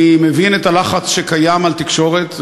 אני מבין את הלחץ שקיים על תקשורת,